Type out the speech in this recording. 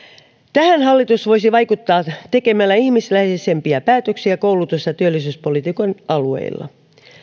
tähän hallitus voisi vaikuttaa tekemällä ihmisläheisimpiä päätöksiä koulutus ja työllisyyspolitiikan alueilla